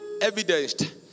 evidenced